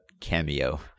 Cameo